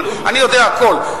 אני יודע הכול.